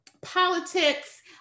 politics